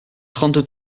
trente